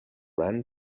ran